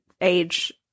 age